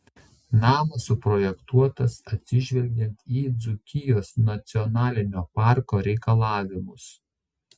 namas suprojektuotas atsižvelgiant į dzūkijos nacionalinio parko reikalavimus